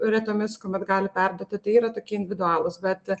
retomis kuomet gali perduoti tai yra tokie individualūs bet